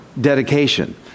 dedication